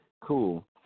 cool